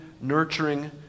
nurturing